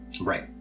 Right